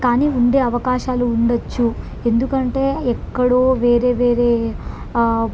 కానీ ఉండే అవకాశాలు ఉండొచ్చు ఎందుకంటే ఎక్కడో వేరే వేరే